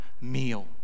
meal